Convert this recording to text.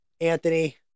Anthony